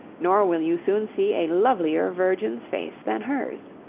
nor will you soon see a lovelier virgin's face than hers.